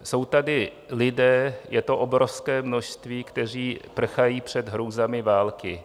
Jsou tady lidé, je to obrovské množství, kteří prchají před hrůzami války.